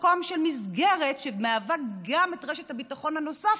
במסגרת שמהווה גם את רשת הביטחון הנוספת,